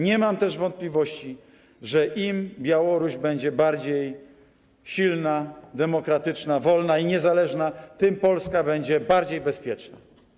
Nie mam też wątpliwości, że im Białoruś będzie silniejsza, bardziej demokratyczna, wolna i niezależna, tym Polska będzie bardziej bezpieczna.